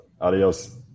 adios